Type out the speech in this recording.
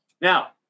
now